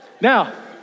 Now